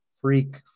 freak